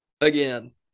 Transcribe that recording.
Again